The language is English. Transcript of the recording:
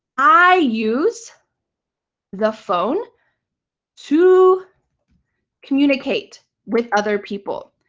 i use the phone to communicate with other people.